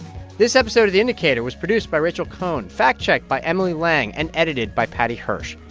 this episode of the indicator was produced by richard cohen, fact-checked by emily lang and edited by paddy hirsch.